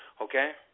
Okay